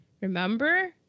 remember